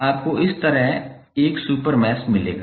आपको इस तरह एक सुपर मेश मिलेगा